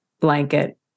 blanket